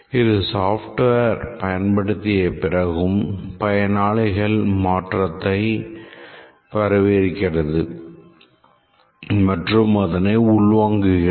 இது software பயன்படுத்திய பிறகும் பயனாளிகளின் மாற்றத்தை வரவேற்கிறது மற்றும் அதனை உள்வாங்குகிறது